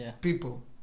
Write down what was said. people